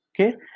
Okay